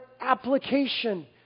application